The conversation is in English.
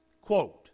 Quote